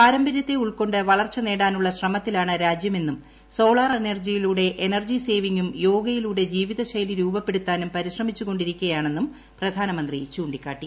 പാരമ്പര്യത്തെ ഉൾക്കൊ ് വളർച്ച നേടാനുള്ള ശ്രമത്തിലാണ് രാജ്യമെന്നും സൌരോർജത്തിലൂടെ എനർജിയിലൂടെ എനർജി സേവിംഗും യോഗയിലൂടെ ജീവിത ശൈലി രൂപപ്പെടുത്താനും പരിശ്രമിച്ചു കൊ ിരിക്കയാണെന്നും പ്രധാനമന്ത്രി ചൂ ിക്കാട്ടി